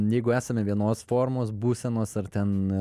jeigu esame vienos formos būsenos ar ten